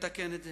ולתקן את זה.